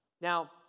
Now